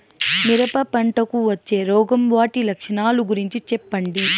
మిరప పంటకు వచ్చే రోగం వాటి లక్షణాలు గురించి చెప్పండి?